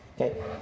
Okay